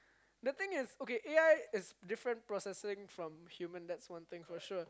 the thing is okay A_I is different processing from human that's one thing for sure